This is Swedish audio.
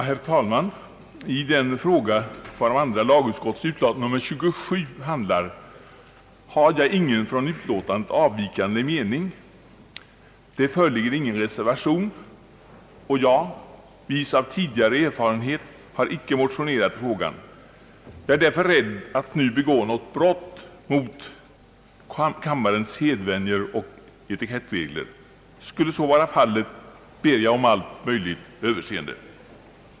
Herr talman! I den fråga, varom andra lagutskottets utlåtande nr 27 handlar, har jag ingen från utlåtandet avvikande mening; det föreligger ingen reservation, och jag har — vis av tidigare erfarenhet — icke motionerat i frågan. Jag är därför rädd att nu begå något brott mot kammarens sedvänjor och etikettsregler. Skulle så vara fallet ber jag om allt möjligt överseende.